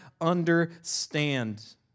understand